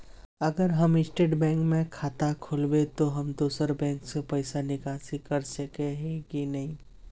अगर हम State Bank में खाता खोलबे तो हम दोसर बैंक से पैसा निकासी कर सके ही की नहीं?